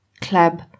club